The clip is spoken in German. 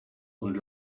und